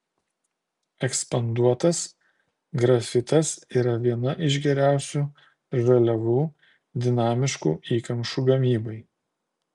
ekspanduotas grafitas yra viena iš geriausių žaliavų dinamiškų įkamšų gamybai